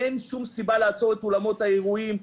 אין שום סיבה לעצור את אולמות האירועים,